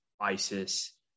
ISIS